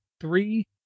three